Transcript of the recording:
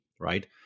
right